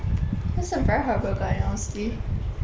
he was a very horrible guy lor honestly